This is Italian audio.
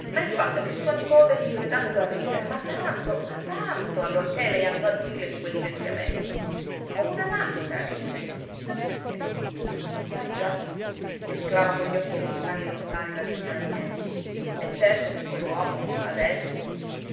ma il fatto è che sua nipote si mise tanto a ridere ma tanto ma tanto allorché lei andò a dirle di quel licenziamento come una matta rise chi sa perché ma già esclama con gli occhi lontani lontani la signora mielli e certo che quell'uomo adesso